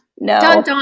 No